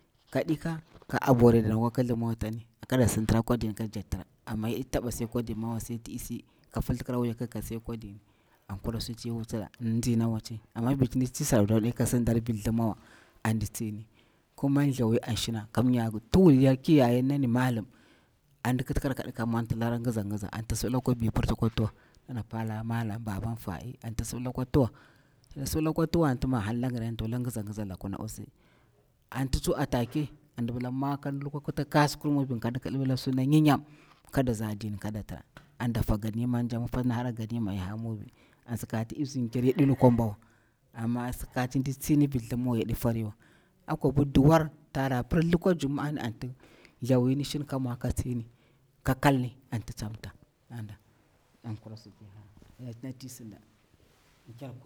Ka dika ka abore dana kwa kithli motani kada sintira kwa dini kada jak tira, amma yaɗi taɓa si akwa dini mawa sai ti i si ka filtikira wuyaku ka sai kwa dii ni an kura suti i wutira nzi na waci. Amma viti ndi tsi sardauna yaka sindar vir thlimawa andi tsini, kuma nthawi an shina kamya tuwuluryar kir yayarnani malum anti ndi kiti karkadu ka mwontalari ngiza ngiza anti ta sibila kwa vi pir tsakwa tuwa ndana pala malam baban fa'i anta sibila kwa tuwa ta sibila tsakwa tuwa anti man hallagiri anta pila ngiza ngiza lak na osi anti tsu atake anti ndi pila kan mwo kan lukwa kuta kasukur mubin kandi kibila suna nyinyam kadaza din kada tra anda fa ganimanja mifa tin hara ganiman yaha mubi an sakati i bzinkir yadi lukwam mbowa ama saka tin ndi tsini vir thimawa yadi foriwa akwabi duwar tara pir lukwa Juma'a anti thawi ni shin ka mwa ka tsini ka kalni anti tsam mta anda an kura suna ti sinda.